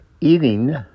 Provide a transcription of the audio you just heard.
Eating